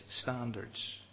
standards